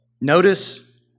notice